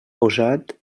posat